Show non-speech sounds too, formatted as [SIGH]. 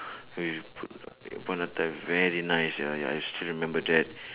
!oi! [NOISE] that point of time very nice ah ya I still remember that